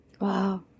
Wow